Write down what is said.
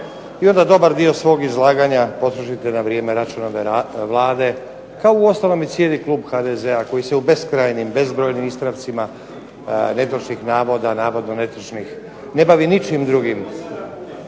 i onda dobar dio svog izlaganja potrošite na vrijeme Račanove vlade kao uostalom i cijeli klub HDZ-a koji se u beskrajnim, bezbrojnim ispravcima netočnih navoda, navodno netočnih ne bavi ničim drugim